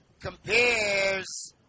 compares